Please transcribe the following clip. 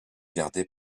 gardés